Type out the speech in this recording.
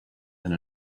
and